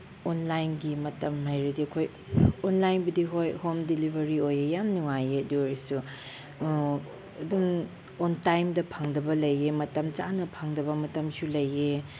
ꯑꯣꯟꯂꯥꯏꯟꯒꯤ ꯃꯇꯝ ꯍꯥꯏꯔꯗꯤ ꯑꯩꯈꯣꯏ ꯑꯣꯟꯂꯥꯏꯟꯕꯨꯗꯤ ꯍꯣꯏ ꯍꯣꯝ ꯗꯤꯂꯤꯚꯔꯤ ꯑꯣꯏꯌꯦ ꯌꯥꯝ ꯅꯨꯡꯉꯥꯏꯌꯦ ꯑꯗꯨ ꯑꯣꯏꯔꯁꯨ ꯑꯗꯨꯝ ꯑꯣꯟ ꯇꯥꯏꯝꯗ ꯐꯪꯗꯕ ꯂꯩꯌꯦ ꯃꯇꯝ ꯆꯥꯅ ꯐꯪꯗꯕ ꯃꯇꯝꯁꯨ ꯂꯩꯌꯦ